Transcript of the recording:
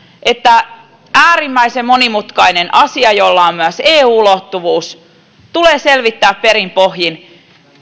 että tämä äärimmäisen monimutkainen asia jolla on myös eu ulottuvuus tulee selvittää perin pohjin